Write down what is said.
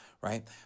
right